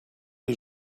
les